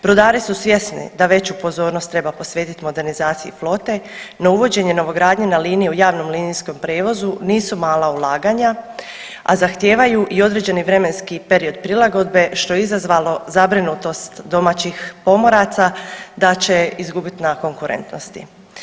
Brodari su svjesni da veću pozornost treba posvetiti modernizaciji flote no uvođenje novogradnje na liniji u javnom linijskom prijevozu nisu mala ulaganja, a zahtijevaju i određeni vremenski period prilagodbe što je izazvalo zabrinutost domaćih pomoraca da će izgubiti na konkurentnosti.